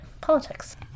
politics